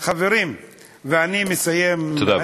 חברים, ואני מסיים, תודה רבה.